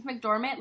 McDormand